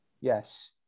Yes